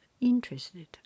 interested